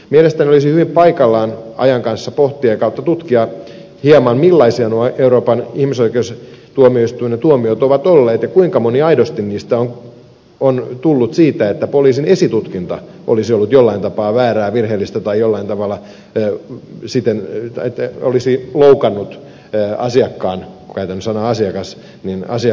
mielestäni olisi hyvin paikallaan ajan kanssa pohtia tai tutkia hieman millaisia nuo euroopan ihmisoikeustuomioistuimen tuomiot ovat olleet ja kuinka moni aidosti niistä on tullut siitä että poliisin esitutkinta olisi ollut jollain tapaa väärää virheellistä tai jollain tavalla olisi loukannut asiakkaan käytän sanaa asiakas oikeusturvaa